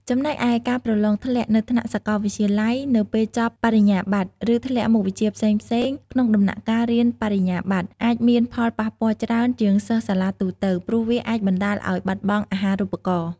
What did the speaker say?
ចំណែកឯ ការប្រឡងធ្លាក់នៅថ្នាក់សាកលវិទ្យាល័យនៅពេលចប់បរិញ្ញាបត្រ ឬធ្លាក់មុខវិជ្ជាផ្សេងៗក្នុងដំណាក់កាលរៀនបរិញ្ញាប័ត្រ អាចមានផលប៉ះពាល់ច្រើនជាងសិស្សសាលាទូទៅ ព្រោះវាអាចបណ្តាលឲ្យបាត់បង់អាហារូបករណ៍។